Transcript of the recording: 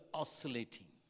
oscillating